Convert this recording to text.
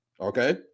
okay